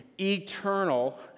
eternal